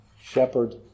shepherd